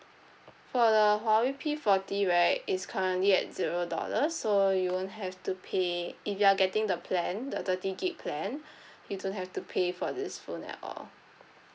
for the Huawei P forty right it's currently at zero dollars so you won't have to pay if you are getting the plan the thirty gigabyte plan you don't have to pay for this phone at all